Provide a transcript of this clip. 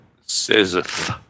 says